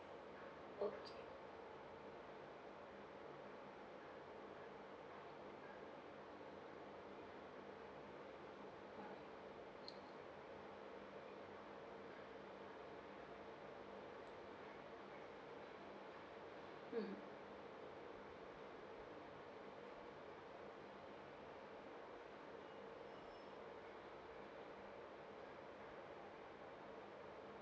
okay mm